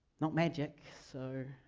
not magic, so,